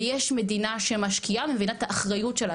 ויש מדינה שמשקיעה ומבינה את האחריות שלה,